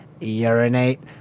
urinate